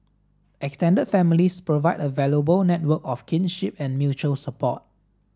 extended families provide a valuable network of kinship and mutual support